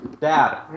Dad